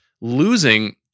losing